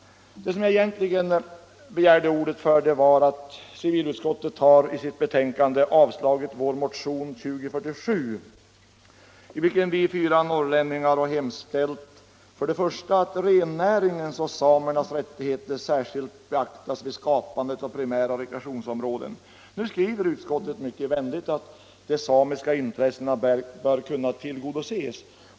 Den egentliga anledningen till att jag begärde ordet var att civilutskottet i sitt betänkande har avstyrkt motionen 2047, i vilken vi motionärer —- fyra norrlänningar — för det första har hemställt att rennäringens intressen och samernas rättigheter särskilt beaktas vid skapandet av primära rekreationsområden. Nu skriver utskottet mycket vänligt att de samiska intressena bör kunna tillgodoses.